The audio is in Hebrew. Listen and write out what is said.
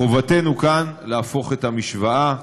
חובתנו כאן להפוך את המשוואה,